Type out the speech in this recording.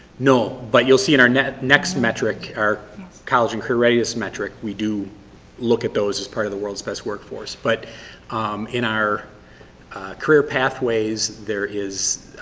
no but you'll see in our next next metric, our college and career readiness metric we do look at those as part of the world's best workforce but um in our career pathways, there is,